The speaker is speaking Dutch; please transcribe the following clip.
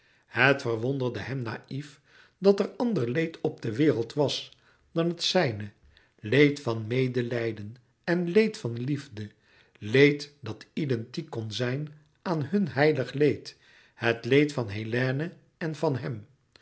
het verwonderde hem naïf dat er ander leed op de wereld was dan het zijne leed van medelijden en leed van liefde leed dat identiek kon zijn aan hun heilig leed het leed van hélène en van hem